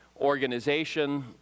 organization